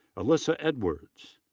alissa edwards.